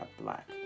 black